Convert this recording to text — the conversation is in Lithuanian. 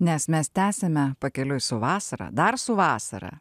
nes mes tęsiame pakeliui su vasara dar su vasara